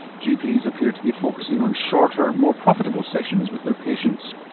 gps appear to be focussing on shorter, more profitable sessions with their patients.